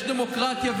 יש דמוקרטיה,